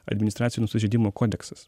administracinių sužeidimų kodeksas